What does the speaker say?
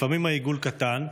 לפעמים העיגול קטן,